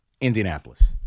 Indianapolis